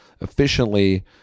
efficiently